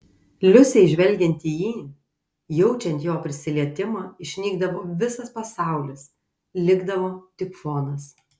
liusei žvelgiant į jį jaučiant jo prisilietimą išnykdavo visas pasaulis likdavo tik fonas